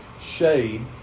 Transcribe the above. shade